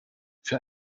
für